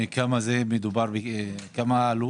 מה העלות?